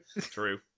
True